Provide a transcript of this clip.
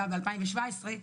בפריפריה,